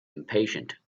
impatient